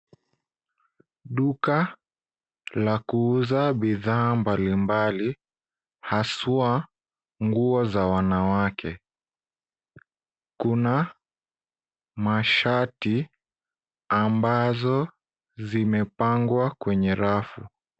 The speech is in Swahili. Duka la kuuza bidhaa mbalimbali haswa nguo za wanawake. Kuna mashati ambazo zimepangwa kwenye rafu.